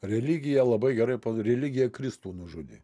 religija labai gerai pa religija kristų nužudė